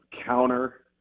counter